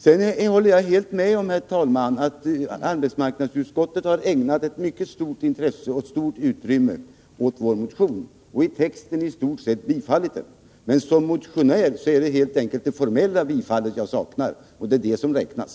Sedan håller jag helt med om att arbetsmarknadsutskottet har ägnat mycket stort intresse och stort utrymme åt vår motion och i texten i stort sett tillstyrkt den. Men som motionär är det det formella bifallet som jag saknar, och det är det som räknas.